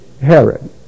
Herod